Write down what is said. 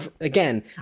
again